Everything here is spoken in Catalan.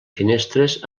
finestres